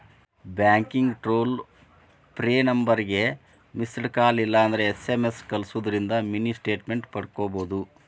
ಬ್ಯಾಂಕಿಂದ್ toll free ನಂಬರ್ಗ missed call ಇಲ್ಲಂದ್ರ ಎಸ್.ಎಂ.ಎಸ್ ಕಲ್ಸುದಿಂದ್ರ ಮಿನಿ ಸ್ಟೇಟ್ಮೆಂಟ್ ಪಡ್ಕೋಬೋದು